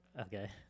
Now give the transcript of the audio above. Okay